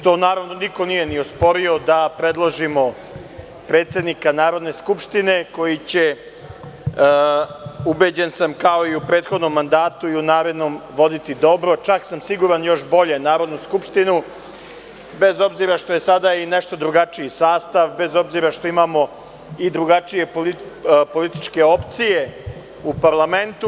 To, naravno, niko nije ni osporio, da predložimo predsednika Narodne skupštine koji će, ubeđen sam, kao i u prethodnom mandatu, i u narednom voditi dobro, čak sam siguran još bolje Narodnu skupštinu, bez obzira što je sada i nešto drugačiji sastav, bez obzira što imamo i drugačije političke opcije u parlamentu.